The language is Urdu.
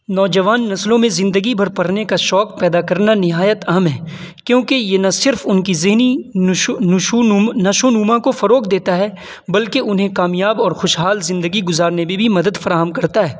نوجوان نسلوں میں زندگی بھر پرھنے کا شوق پیدا کرنا نہایت اہم ہے کیونکہ یہ نہ صرف ان کی ذہنی نشو و نما کو فروگ دیتا ہے بلکہ انہیں کامیاب اور خوشحال زندگی گزارنے بے بھی مدد فراہم کرتا ہے